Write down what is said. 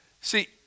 See